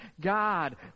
God